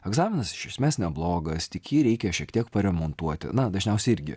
egzaminas iš esmės neblogas tik jį reikia šiek tiek paremontuoti na dažniausiai irgi